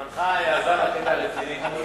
זמנך אזל בקטע הרציני, כבוד הרב גפני.